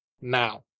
now